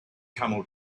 camel